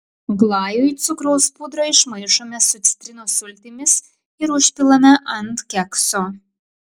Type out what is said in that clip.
glajui cukraus pudrą išmaišome su citrinos sultimis ir užpilame ant kekso